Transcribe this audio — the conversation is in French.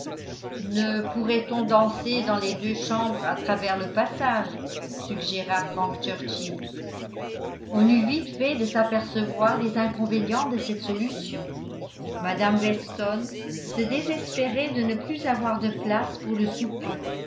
ne pourrait-on danser dans les deux chambres à travers le passage suggéra frank churchill on eut vite fait de s'apercevoir des inconvénients de cette solution mme weston se désespérait de ne plus avoir de place pour le souper